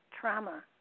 trauma